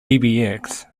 invented